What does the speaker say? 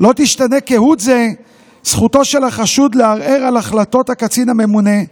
שלא תשתנה כהוא זה זכותו של החשוד לערער על החלטות הקצין הממונה,